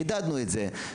חידדנו את זה.